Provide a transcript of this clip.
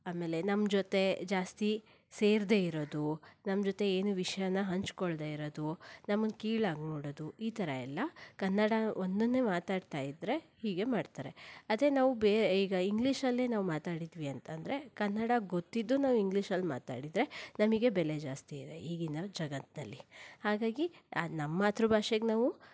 ಆಮೇಲೆ ನಮ್ಮ ಜೊತೆ ಜಾಸ್ತಿ ಸೇರದೆ ಇರೋದು ನಮ್ಮ ಜೊತೆ ಏನು ವಿಷಯನ ಹಂಚಿಕೊಳ್ದೆ ಇರೋದು ನಮ್ಮನ್ನ ಕೀಳಾಗಿ ನೋಡೋದು ಈ ಥರ ಎಲ್ಲ ಕನ್ನಡ ಒಂದನ್ನೇ ಮಾತಾಡ್ತಾ ಇದ್ದರೆ ಹೀಗೆ ಮಾಡ್ತಾರೆ ಅದೇ ನಾವು ಬೇ ಈಗ ಇಂಗ್ಲೀಷಲ್ಲೇ ನಾವು ಮಾತಾಡಿದ್ವಿ ಅಂತ ಅಂದರೆ ಕನ್ನಡ ಗೊತ್ತಿದ್ದೂ ನಾವು ಇಂಗ್ಲೀಷಲ್ಲಿ ಮಾತಾಡಿದರೆ ನಮಗೆ ಬೆಲೆ ಜಾಸ್ತಿಯಿದೆ ಈಗಿನ ಜಗತ್ತಿನಲ್ಲಿ ಹಾಗಾಗಿ ನಮ್ಮ ಮಾತೃಭಾಷೆಗೆ ನಾವು